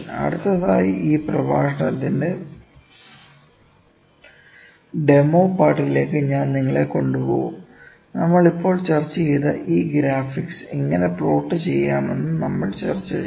അടുത്തതായി ഈ പ്രഭാഷണത്തിന്റെ ഡെമോ പാർട്ടിലേക്കു ഞാൻ നിങ്ങളെ കൊണ്ടുപോകും നമ്മൾ ഇപ്പോൾ ചർച്ച ചെയ്ത ഈ ഗ്രാഫിക്സ് എങ്ങനെ പ്ലോട്ട് ചെയ്യാമെന്ന് നമ്മൾചർച്ച ചെയ്യും